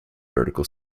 vertical